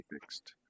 fixed